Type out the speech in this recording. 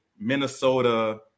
Minnesota